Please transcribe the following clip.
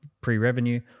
pre-revenue